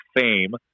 fame